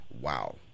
Wow